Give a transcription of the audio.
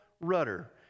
rudder